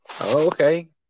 okay